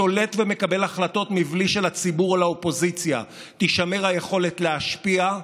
שולט ומקבל החלטות בלי שלציבור או לאופוזיציה תישמר היכולת להשפיע.